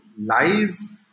lies